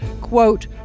quote